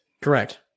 Correct